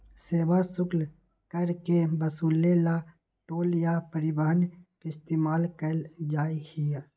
सेवा शुल्क कर के वसूले ला टोल या परिवहन के इस्तेमाल कइल जाहई